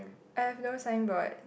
I have no signboard